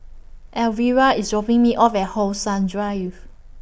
Alvera IS dropping Me off At How Sun Drive